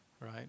right